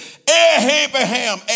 Abraham